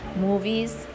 movies